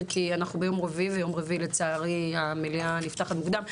כי אנחנו ביום רביעי והמליאה נפתחת מוקדם.